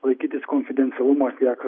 laikytis konfidencialumo tiek